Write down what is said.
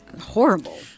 horrible